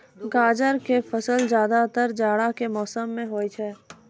गाजर के फसल ज्यादातर जाड़ा के मौसम मॅ होय छै